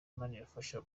manirafasha